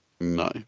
No